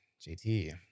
JT